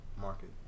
market